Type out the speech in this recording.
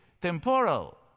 temporal